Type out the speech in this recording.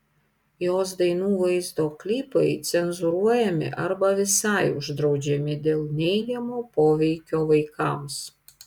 jos dainų vaizdo klipai cenzūruojami arba visai uždraudžiami dėl neigiamo poveikio vaikams